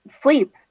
sleep